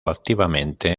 activamente